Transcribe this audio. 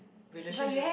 relationship